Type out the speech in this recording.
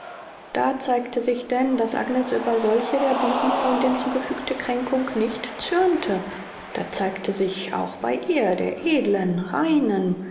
da zeigte sich denn daß agnes über solche der busenfreundin zugefügte kränkung nicht zürnte da zeigte sich auch bei ihr der edlen reinen